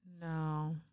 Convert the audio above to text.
No